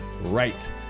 Right